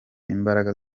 imbaraga